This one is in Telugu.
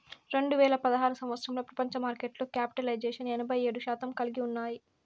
రెండు వేల పదహారు సంవచ్చరంలో ప్రపంచ మార్కెట్లో క్యాపిటలైజేషన్ ఎనభై ఏడు శాతం కలిగి ఉన్నాయి